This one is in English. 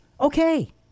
okay